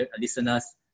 listeners